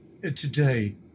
Today